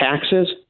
taxes